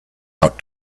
out